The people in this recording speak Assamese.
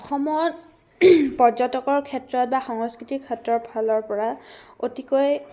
অসমত পৰ্যটকৰ ক্ষেত্ৰত বা সংস্কৃতিৰ ক্ষেত্ৰৰফালৰপৰা অতিকৈ